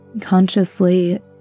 consciously